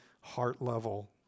heart-level